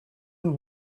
and